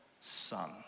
son